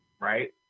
right